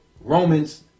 Romans